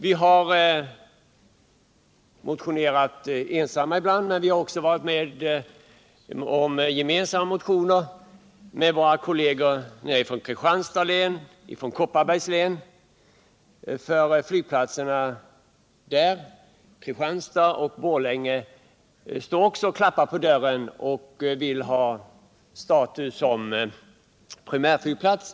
Vi har motionerat ensamma ibland, men vi har också avlämnat motioner gemensamt med våra kolleger i Kristianstads och Kopparbergs län, eftersom flygplatserna i Kristanstad och Borlänge också står och klappar på dörren och vill ha status som primärflygplats.